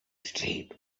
street